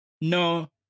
no